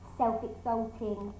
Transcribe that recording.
self-exalting